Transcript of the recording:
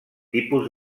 tipus